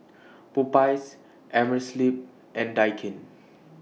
Popeyes Amerisleep and Daikin